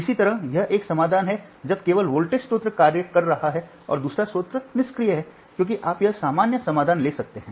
इसी तरह यह एक समाधान है जब केवल वोल्टेज स्रोत कार्य कर रहा है और दूसरा स्रोत निष्क्रिय है क्योंकि आप यह सामान्य समाधान ले सकते हैं